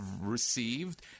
received